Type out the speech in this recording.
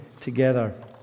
together